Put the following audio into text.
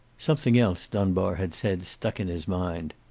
something else dunbar had said stuck in his mind.